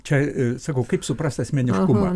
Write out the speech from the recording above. čia sakau kaip suprast asmeniškumą